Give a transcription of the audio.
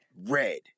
red